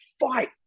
fight